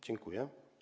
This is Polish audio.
Dziękuję.